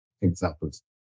examples